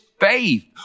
faith